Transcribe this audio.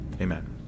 amen